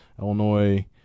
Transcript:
Illinois